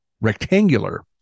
rectangular